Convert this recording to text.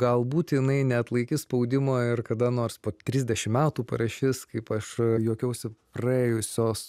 galbūt jinai neatlaikys spaudimo ir kada nors po trisdešim metų parašys kaip aš juokiausi praėjusios